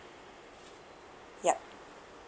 yup